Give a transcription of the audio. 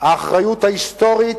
האחריות ההיסטורית